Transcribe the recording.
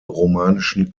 romanischen